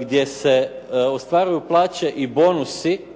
gdje se ostvaruju plaće i bonusi,